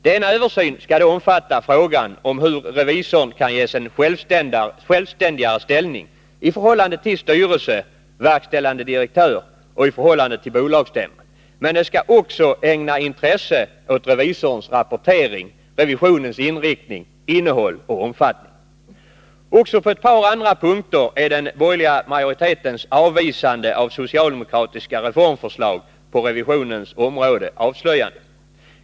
Denna översyn skall då omfatta frågan hur revisorn kan ges en självständigare ställning i förhållande till styrelse, verkställande direktör och bolagsstämma, men det skall också ägnas intresse åt revisorns rapportering, revisionens inriktning, innehåll och omfattning. Också på ett par andra punkter är den borgerliga majoritetens avvisande av socialdemokratiska reformförslag på revisionens område avslöjande.